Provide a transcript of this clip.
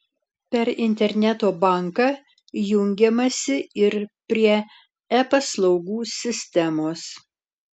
per interneto banką jungiamasi ir prie e paslaugų sistemos